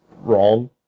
Wrong